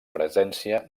presència